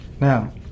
Now